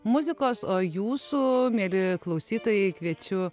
muzikos o jūsų mieli klausytojai kviečiu